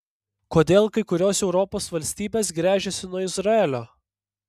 kodėl kai kurios europos valstybės gręžiasi nuo izraelio